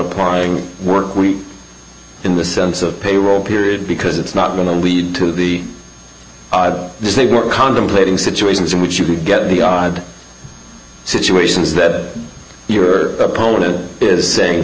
applying work week in the sense of payroll period because it's not going to lead to the say we're contemplating situations in which you could get the odd situations that your opponent is saying